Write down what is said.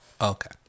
Okay